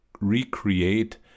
recreate